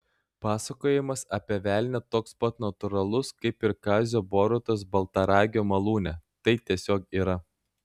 pasakojimas apie velnią toks pat natūralus kaip ir kazio borutos baltaragio malūne tai tiesiog yra